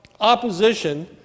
opposition